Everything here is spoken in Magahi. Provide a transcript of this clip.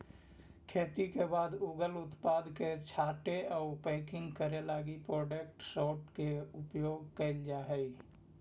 खेती के बाद उगल उत्पाद के छाँटे आउ पैकिंग करे लगी प्रोडक्ट सॉर्टर के उपयोग कैल जा हई